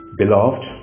beloved